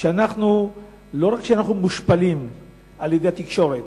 שלא רק שאנחנו מושפלים על-ידי התקשורת,